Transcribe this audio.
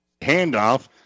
handoff